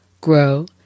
grow